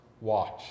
watch